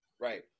Right